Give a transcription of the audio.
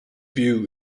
view